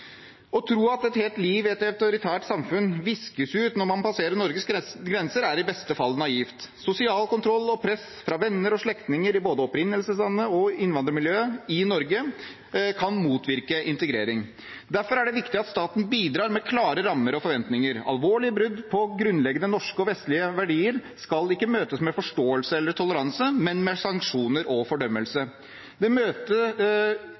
Å tro at et helt liv i et autoritært samfunn viskes ut når man passerer Norges grenser, er i beste fall naivt. Sosial kontroll og press fra venner og slektninger i både opprinnelseslandet og innvandrermiljøet i Norge kan motvirke integrering. Derfor er det viktig at staten bidrar med klare rammer og forventninger. Alvorlige brudd på grunnleggende norske og vestlige verdier skal ikke møtes med forståelse eller toleranse, men med sanksjoner og fordømmelse. Det å møte